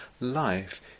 life